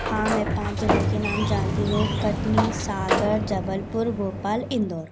हाँ मैं पाँच जिले के नाम जानती हूँ कटनी सागर जबलपुर भोपाल इंदौर